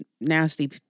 nasty